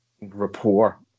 rapport